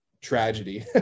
tragedy